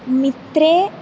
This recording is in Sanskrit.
मित्रे